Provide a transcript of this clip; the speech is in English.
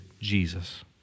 Jesus